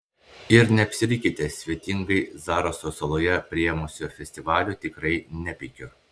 ir neapsirikite svetingai zaraso saloje priėmusio festivalio tikrai nepeikiu